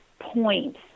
points